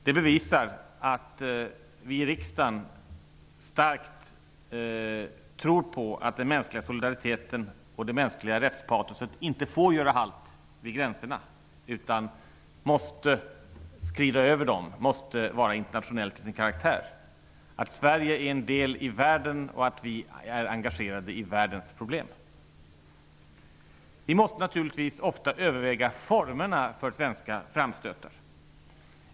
Det bevisar att vi i riksdagen starkt tror på att den mänskliga solidariteten och det mänskliga rättspatoset inte får göra halt vid gränserna, utan måste skrida över dem och vara internationellt till sin karaktär. Det bevisar också att Sverige är en del i världen och att vi är engagerade i världens problem. Vi måste naturligtvis ofta överväga formerna för svenska framstötar.